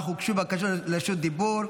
אך הוגשו בקשות לרשות דיבור.